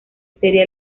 sería